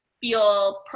feel